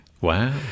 Wow